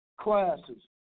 classes